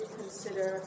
consider